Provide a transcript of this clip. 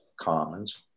Commons